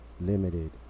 limited